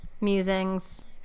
musings